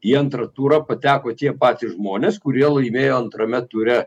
į antrą turą pateko tie patys žmonės kurie laimėjo antrame ture